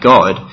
God